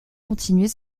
continuer